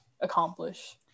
accomplish